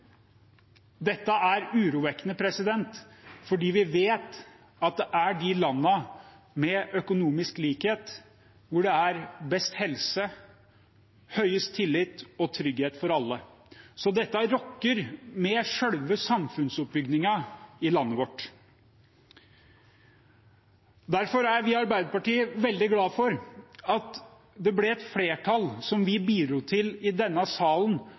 Dette er urovekkende, fordi vi vet at det er i landene med økonomisk likhet at det er best helse, høyest tillit og trygghet for alle. Så dette rokker ved selve samfunnsoppbyggingen i landet vårt. Derfor er vi i Arbeiderpartiet veldig glad for at det i vår ble et flertall – som vi bidro til i denne salen